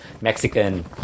Mexican